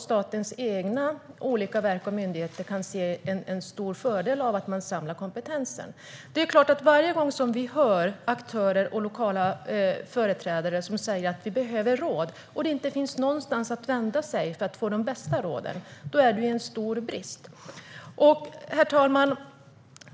Statens olika egna verk och myndigheter kan se en stor fördel av att man samlar kompetensen. Varje gång som vi hör aktörer och lokala företrädare som säger "vi behöver råd", och det inte finns någonstans att vända sig för att få de bästa råden är det en stor brist. Herr talman!